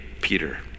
Peter